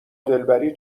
دلبری